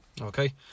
Okay